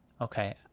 Okay